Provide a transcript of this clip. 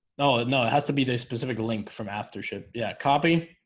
no, no, it has to be the specific link from after shit, yeah copy